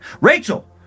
rachel